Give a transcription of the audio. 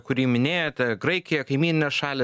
kurį minėjote graikija kaimyninės šalys